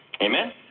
Amen